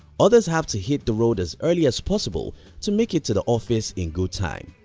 others have to hit the road as early as possible to make it to the office in good time.